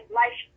life